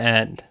end